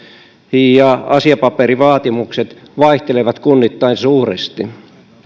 ja asiapaperivaatimukset vaihtelevat kunnittain suuresti